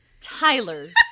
Tyler's